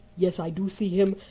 yes, i do see him.